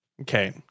Okay